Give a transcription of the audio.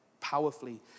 powerfully